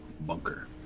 bunker